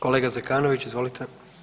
Kolega Zekanović, izvolite.